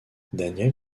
daniel